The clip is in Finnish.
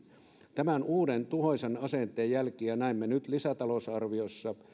tämän uuden tuhoisan asenteen jälkiä näemme nyt lisätalousarviossa